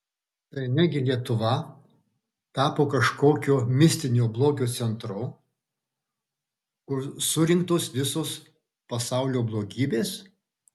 tai ne gi lietuva tapo kažkokio mistinio blogio centru kur surinktos visos pasaulio blogybės